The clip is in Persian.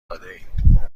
دادهایم